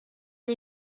une